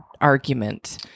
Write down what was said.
argument